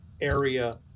area